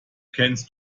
kennst